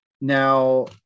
now